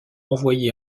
envoyé